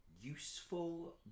useful